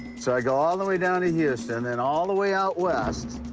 so i go all the way down to houston and all the way out west